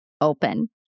open